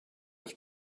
have